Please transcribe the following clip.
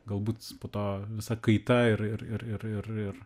galbūt po to visa kaita ir ir ir ir ir ir